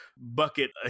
bucket